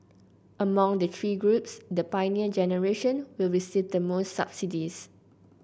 among the three groups the Pioneer Generation will receive the most subsidies